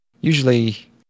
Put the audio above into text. Usually